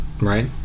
right